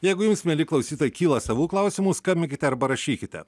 jeigu jums mieli klausytojai kyla savų klausimų skambinkite arba rašykite